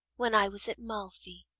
when i was at malfi.